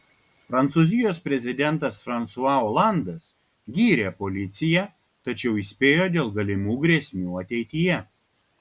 prancūzijos prezidentas fransua olandas gyrė policiją tačiau įspėjo dėl galimų grėsmių ateityje